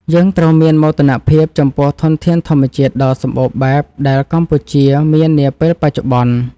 យើងត្រូវមានមោទនភាពចំពោះធនធានធម្មជាតិដ៏សម្បូរបែបដែលកម្ពុជាមាននាពេលបច្ចុប្បន្ន។